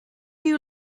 you